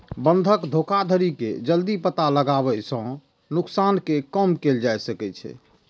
बंधक धोखाधड़ी के जल्दी पता लगाबै सं नुकसान कें कम कैल जा सकै छै